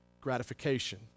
gratification